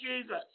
Jesus